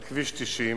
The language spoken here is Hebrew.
על כביש 90,